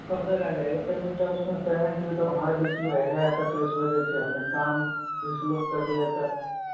कब तक आ जाएगी पेमेंट अब उसमें पेमेंट भी हमारे बीच में रह गया तो इस वजह से हमने काम भी स्लो कर दिया था